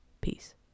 peace